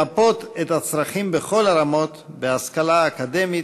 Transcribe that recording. למפות את הצרכים בכל הרמות, בהשכלה האקדמית,